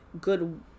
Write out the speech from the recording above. good